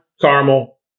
caramel